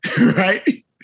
right